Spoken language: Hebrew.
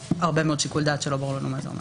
יש פה שיקול דעת שלא ברור לנו מה הוא אומר.